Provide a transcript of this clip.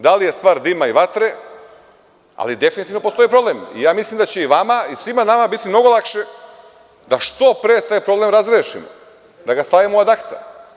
Da li je stvar dima i vatre, ali definitivno postoji problem i mislim da će i vama i svima nama biti mnogo lakše da što pre taj problem razrešimo, da ga stavimo ad akta.